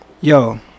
Yo